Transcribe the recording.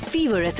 Fever